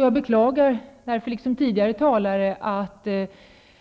Jag beklagar liksom tidigare talare att